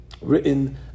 written